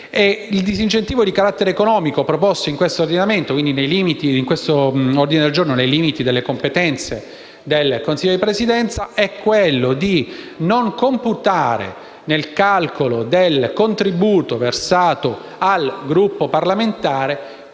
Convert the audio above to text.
Il disincentivo di carattere economico proposto, nei limiti di questo ordine del giorno e delle competenze del Consiglio di Presidenza, è quello di non computare nel calcolo del contributo versato al Gruppo parlamentare